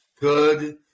good